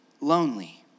lonely